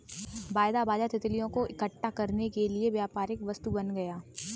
वायदा बाजार तितलियों को इकट्ठा करने के लिए व्यापारिक वस्तु बन गया